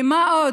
ומה עוד